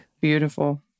Beautiful